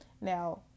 Now